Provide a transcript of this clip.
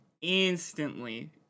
Instantly